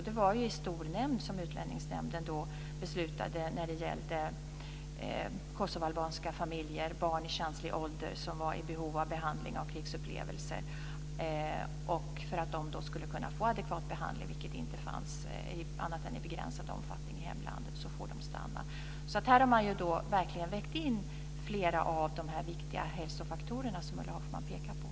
Det var i stor nämnd som Utlänningsnämden då beslutade om kosovoalbanska familjer och barn i känslig ålder som var i behov av behandling efter krigsupplevelser. För att de skulle få adekvat behandling, vilket de inte kunde få annat än i begränsad omfattning i hemlandet, fick de stanna. Här har man verkligen vägt in flera av de viktiga hälsofaktorer som Ulla Hoffmann pekar på.